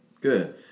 good